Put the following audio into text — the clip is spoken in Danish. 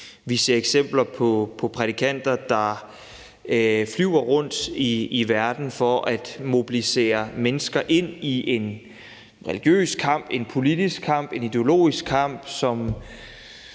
Vi ser eksempler på prædikanter, der flyver rundt i verden for at mobilisere mennesker og få dem ind i en religiøs kamp, en politisk kamp, en ideologisk kamp, som